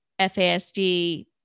FASD